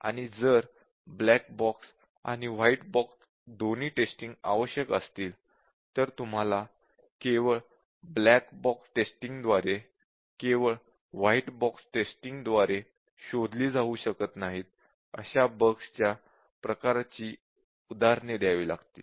आणि जर black box आणि व्हाईट बॉक्स दोन्ही टेस्टिंग आवश्यक असतील तर तुम्हाला केवळ ब्लॅक बॉक्स टेस्टिंग द्वारे केवळ व्हाईट बॉक्स टेस्टिंग द्वारे शोधली जाऊ शकत नाहीत अशा बगच्या प्रकाराची उदाहरणे द्यावी लागतील